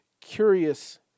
curious